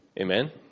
Amen